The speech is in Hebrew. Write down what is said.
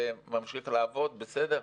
זה ממשיך לעבוד בסדר?